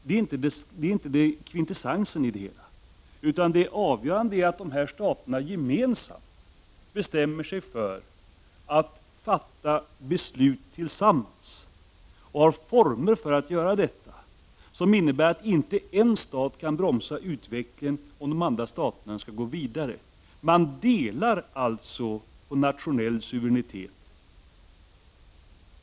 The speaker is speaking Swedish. Men det är inte kvintessensen i det hela, utan det avgörande är att dessa stater gemensamt bestämmer sig för att fatta beslut tillsammans och har former för att göra detta som innebär att en stat inte kan bromsa utvecklingen, om de andra staterna skall gå vidare. Man delar alltså på nationell suveränitet.